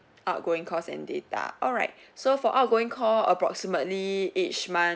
outgoing calls and data alright so for outgoing call approximately each month